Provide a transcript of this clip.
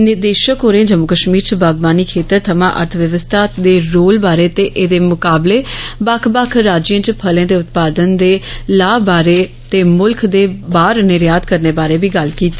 निदेशक होरें जम्मू कश्मीर च बागवानी खेतर थमां अर्थव्यवस्था दे रोल बारै ते एहदे मुकाबले बक्ख बक्ख राज्यें च फेले दे उत्पादन दे लाह बारै ते मुल्ख दे बाहर निर्यात करने बारै बी गल्ल कीती